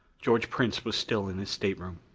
george prince was still in his stateroom.